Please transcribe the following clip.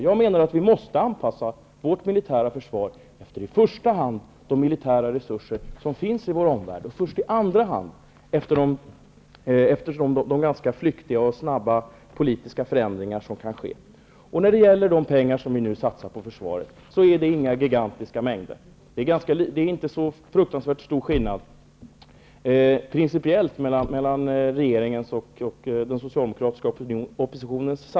Jag menar att vi måste anpassa vårt militära försvar efter i första hand de militära resurser som finns i vår omvärld och först i andra hand efter de ganska flyktiga och snabba politiska förändringar som kan ske. De pengar som vi nu satsar på försvaret är inga gigantiska summor. Det är inte så fruktansvärt stor principiell skillnad mellan regeringens satsningar och den socialdemokratiska oppositionens satsningar.